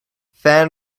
fan